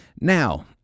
now